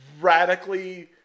radically